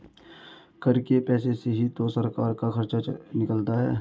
कर के पैसे से ही तो सरकार का खर्चा निकलता है